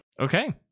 Okay